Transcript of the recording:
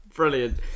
Brilliant